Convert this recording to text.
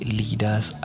leaders